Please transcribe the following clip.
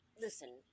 listen